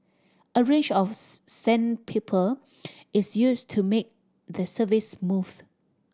a range of sandpaper is used to make the surface smooth